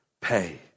pay